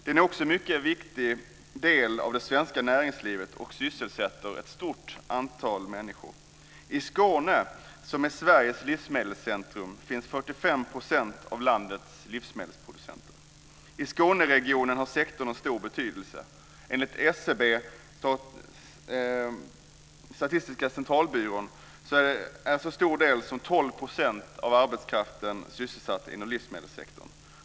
Den är också en mycket viktig del av det svenska näringslivet och sysselsätter ett stort antal människor. I Skåne, som är Sveriges livsmedelscentrum, finns 45 % av landets livsmedelsproducenter. I Skåneregionen har sektorn en stor betydelse. Enligt SCB - Statistiska centralbyrån - är så stor del som 12 % av arbetskraften sysselsatt inom livsmedelssektorn.